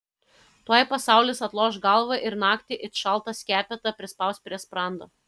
tuoj pasaulis atloš galvą ir naktį it šaltą skepetą prispaus prie sprando